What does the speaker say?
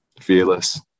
fearless